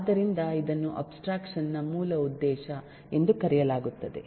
ಆದ್ದರಿಂದ ಇದನ್ನು ಅಬ್ಸ್ಟ್ರಾಕ್ಷನ್ ನ ಮೂಲ ಉದ್ದೇಶ ಎಂದು ಕರೆಯಲಾಗುತ್ತದೆ